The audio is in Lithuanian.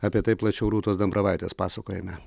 apie tai plačiau rūtos dambravaitės pasakojime